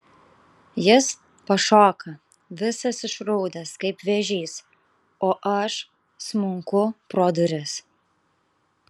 jis pašoka visas išraudęs kaip vėžys o aš smunku pro duris